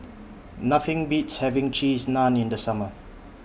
Nothing Beats having Cheese Naan in The Summer